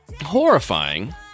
horrifying